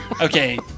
Okay